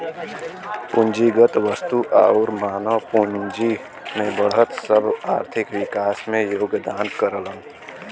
पूंजीगत वस्तु आउर मानव पूंजी में बढ़त सब आर्थिक विकास में योगदान करलन